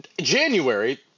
January